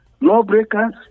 lawbreakers